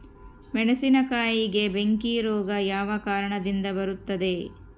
ಮೆಣಸಿನಕಾಯಿಗೆ ಬೆಂಕಿ ರೋಗ ಯಾವ ಕಾರಣದಿಂದ ಬರುತ್ತದೆ?